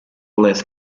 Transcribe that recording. less